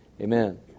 Amen